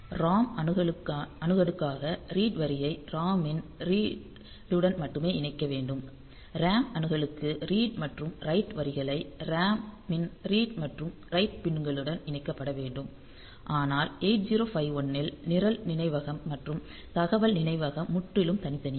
ROM அணுகலுக்காக read வரியை ROM ன் ரீட் டுடன் மட்டுமே இணைக்க வேண்டும் RAM அணுகலுக்கு ரீட் மற்றும் ரைட் வரிகளை RAM ன் ரீட் மற்றும் ரைட் பின்களுடன் இணைக்கப்பட வேண்டும் ஆனால் 8051 ல் நிரல் நினைவகம் மற்றும் தகவல் நினைவகம் முற்றிலும் தனித்தனியே